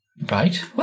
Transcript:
Right